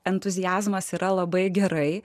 entuziazmas yra labai gerai